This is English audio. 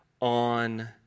on